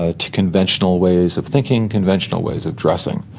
ah to conventional ways of thinking, conventional ways of dressing,